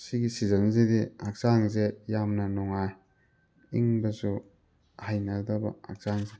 ꯁꯤꯒꯤ ꯁꯤꯖꯟꯁꯤꯗꯤ ꯍꯛꯆꯥꯡꯁꯦ ꯌꯥꯝꯅ ꯅꯨꯡꯉꯥꯏ ꯏꯪꯕꯁꯨ ꯍꯩꯅꯗꯕ ꯍꯛꯆꯥꯡꯁꯦ